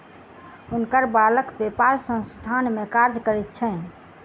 हुनकर बालक पेपाल संस्थान में कार्य करैत छैन